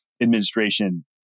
administration